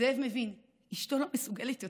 זאב מבין, אשתו לא מסוגלת יותר.